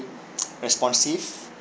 responsive